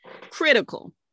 Critical